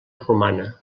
romana